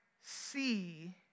see